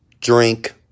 drink